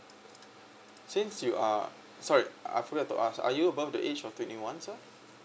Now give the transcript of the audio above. since you are sorry I forgot to ask are you above the age of twenty one sir